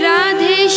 Radhe